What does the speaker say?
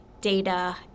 data